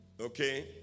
Okay